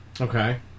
Okay